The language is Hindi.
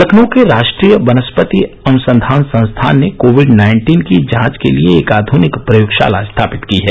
लखनऊ के राष्ट्रीय वनस्पति अनुसंघान संस्थान ने कोविड नाइन्टीन की जांच के लिए एक आध्निक प्रयोगशाला स्थापित की है